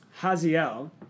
Haziel